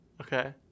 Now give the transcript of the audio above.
Okay